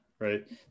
right